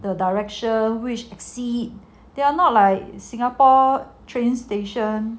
the direction which exit they are not like singapore train station